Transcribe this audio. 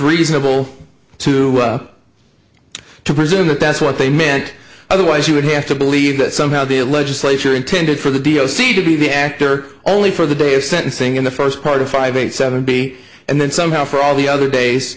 reasonable to to presume that that's what they meant otherwise you would have to believe that somehow the legislature intended for the deal see to be the actor only for the day of sentencing in the first part of five eight seventy and then somehow for all the other days